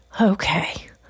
Okay